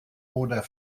oder